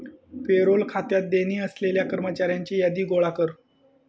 payroll खात्यात देणी असलेल्या कर्मचाऱ्यांची यादी गोळा कर